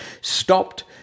stopped